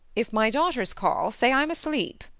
if my daughters call, say i'm asleep.